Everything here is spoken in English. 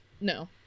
No